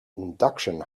induction